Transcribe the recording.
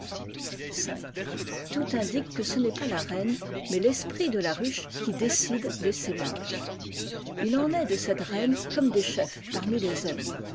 tout indique que ce n'est pas la reine mais fesprit de la ruche qui décide l'essaimage il en est de cette reine comme des chefs parmi les hommes